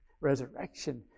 resurrection